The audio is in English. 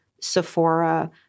Sephora